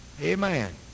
Amen